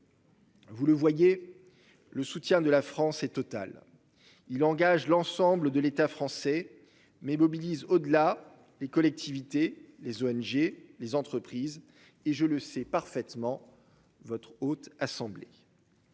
Vous le voyez. Le soutien de la France est totale, il engage l'ensemble de l'État français mais mobilise au-delà des collectivités, les ONG, les entreprises et je le sais parfaitement votre haute assemblée.